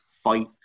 fight